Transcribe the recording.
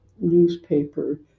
newspaper